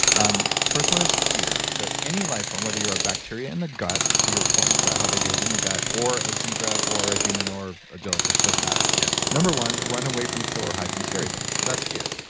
um the first one is fear. so, any life from whether you're a bacteria in the gut, to your point about how they behave in the gut or a zebra or a human or a jellyfish, it doesn't matter. yeah number one, run away from kill or hide from scary things. that's fear,